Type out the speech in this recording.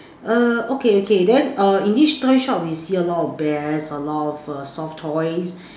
err okay okay then err in this toy shop you see a lot of bears a lot of err soft toys